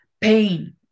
pain